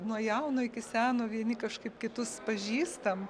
nuo jauno iki seno vieni kažkaip kitus pažįstam